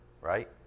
right